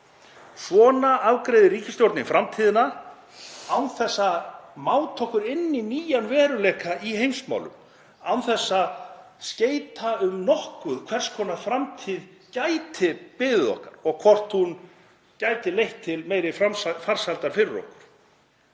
Svona afgreiðir ríkisstjórnin framtíðina án þess að máta okkur inn í nýjan veruleika í heimsmálum, án þess að skeyta nokkuð um hvers konar framtíð gæti beðið okkar og hvort hún gæti leitt til meiri farsældar fyrir okkur.